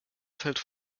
fällt